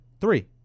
Three